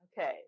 Okay